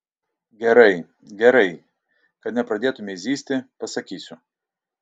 gerai gerai kad nepradėtumei zyzti pasakysiu